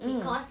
mm